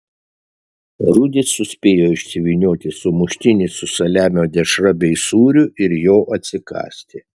rudis suspėjo išsivynioti sumuštinį su saliamio dešra bei sūriu ir jo atsikąsti